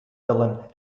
villain